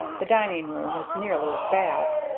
the dining-room was nearly as bad.